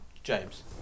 james